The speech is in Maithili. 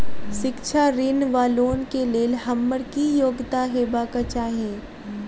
शिक्षा ऋण वा लोन केँ लेल हम्मर की योग्यता हेबाक चाहि?